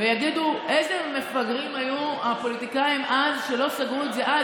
ויגידו: איזה מפגרים היו אז הפוליטיקאים שהם לא סגרו את זה אז.